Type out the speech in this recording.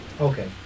Okay